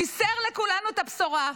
בישר לכולנו את הבשורה: